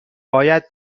باید